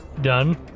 done